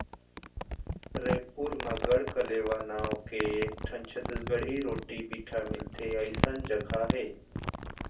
रइपुर म गढ़कलेवा नांव के एकठन छत्तीसगढ़ी रोटी पिठा मिलथे अइसन जघा हे